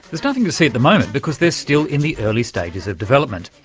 nothing to see at the moment because they're still in the early stages of development.